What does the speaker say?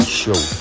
show